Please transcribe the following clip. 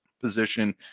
position